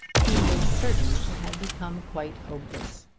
he was certain it had become quite hopeless.